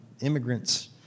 immigrants